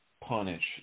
punish